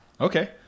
okay